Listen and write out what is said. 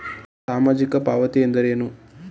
ಸಾಮಾಜಿಕ ಪಾವತಿ ಎಂದರೇನು?